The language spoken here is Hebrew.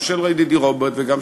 גם של ידידי רוברט וגם,